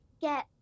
get